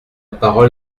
parole